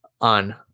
on